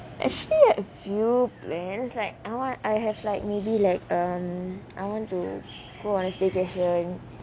actually have few plans like I want I have like maybe like um I want to go on a staycation